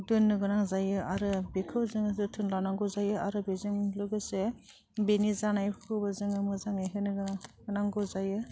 दोननो गोनां जायो आरो बेखौ जोङो जोथोन लानांगौ जायो आरो बेजों लोगोसे बिनि जानायफोरखौबो जोङो मोजाङै होनो गोनाां नांगौ जायो